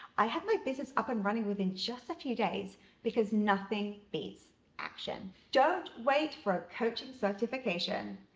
i had my business up and running within just a few days because nothing beats action. don't wait for a coaching certification.